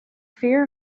fear